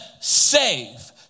save